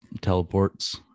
teleports